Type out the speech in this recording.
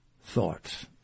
thoughts